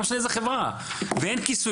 לא משנה איזה חברה, ואין כיסוי.